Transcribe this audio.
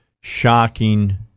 shocking